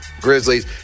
Grizzlies